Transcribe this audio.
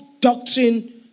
doctrine